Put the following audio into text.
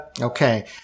Okay